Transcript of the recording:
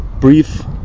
brief